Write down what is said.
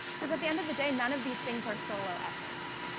because at the end of the day, none of these things are solo efforts.